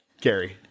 Gary